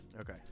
Okay